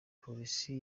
polisi